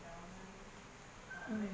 mm